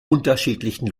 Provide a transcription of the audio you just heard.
unterschiedlichen